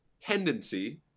tendency